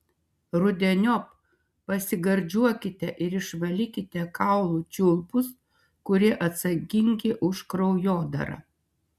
rudeniop pasigardžiuokite ir išvalykite kaulų čiulpus kurie atsakingi už kraujodarą